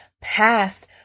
past